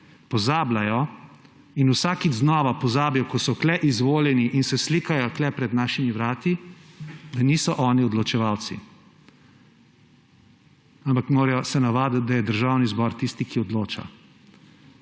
pozabljajo in vsakič znova pozabijo, ko so tukaj izvoljeni in se slikajo tukaj pred našimi vrati, da niso oni odločevalci, ampak se morajo navaditi, da je Državni zbor tisti, ki odloča.